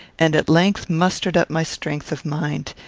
and at length mustered up my strength of mind,